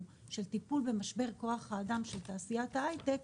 מבחינת המחסור בכוח אדם בתעשיית ההייטק,